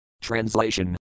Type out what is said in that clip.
Translation